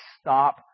stop